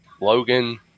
Logan